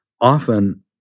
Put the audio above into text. often